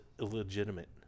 illegitimate